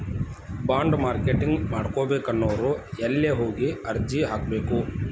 Bond marketing ಮಾಡ್ಬೇಕನ್ನೊವ್ರು ಯೆಲ್ಲೆ ಹೊಗಿ ಅರ್ಜಿ ಹಾಕ್ಬೆಕು?